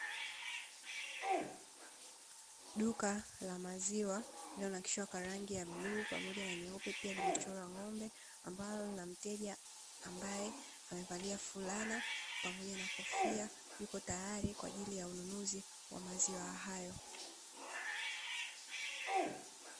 Duka la maziwa lilikonakshiwa kwa rangi ya bluu pamoja na nyeupe pia limechorwa ng’ombe, ambalo lina mteja ambae amevalia fulana pamoja na kofia yuko tayari kwa ajili ya ununuzi wa maziwa hayo.